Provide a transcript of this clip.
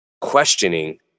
questioning